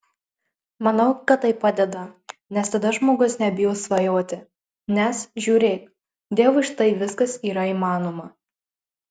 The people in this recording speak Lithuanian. manau kad tai padeda nes tada žmogus nebijo svajoti nes žiūrėk dievui štai viskas yra įmanoma